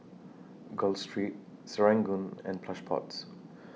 Gul Street Serangoon and Plush Pods